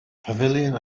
pavilion